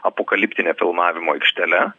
apokaliptine filmavimo aikštele